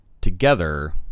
together